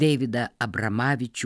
deividą abramavičių